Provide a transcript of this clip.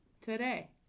today